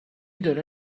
داره